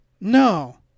no